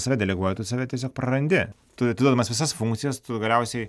save deleguoji tu save tiesiog prarandi tu atiduodamas visas funkcijas galiausiai